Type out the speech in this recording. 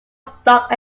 stock